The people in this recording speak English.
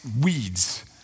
weeds